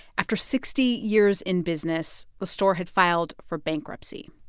after sixty years in business, the store had filed for bankruptcy.